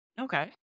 Okay